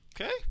Okay